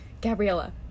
gabriella